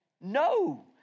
No